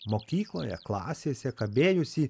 mokykloje klasėse kabėjusį